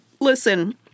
Listen